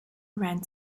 rent